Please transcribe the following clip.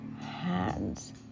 hands